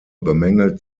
bemängelt